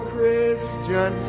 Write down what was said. Christian